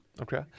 Okay